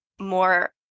more